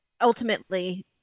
ultimately